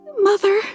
Mother